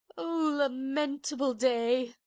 o lamentable day!